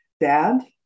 dad